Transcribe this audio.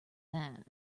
that